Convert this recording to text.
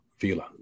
Vila